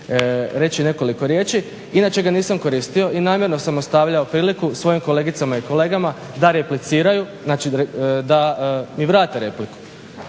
reći nekoliko riječi. Inače ga nisam koristio i namjerno sam ostavljao priliku svojim kolegicama i kolegama da repliciraju, znači da mi vrate repliku.